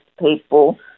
people